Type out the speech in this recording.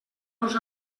dos